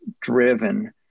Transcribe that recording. driven